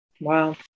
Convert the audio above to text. Wow